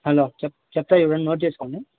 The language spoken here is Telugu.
హలో చెప్తాను చూడండి నోట్ చేసుకోండి